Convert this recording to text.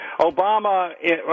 Obama